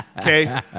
Okay